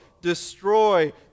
Destroy